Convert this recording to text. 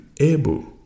able